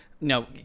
No